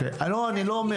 לא, אני לא אומר.